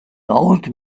old